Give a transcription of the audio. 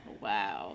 Wow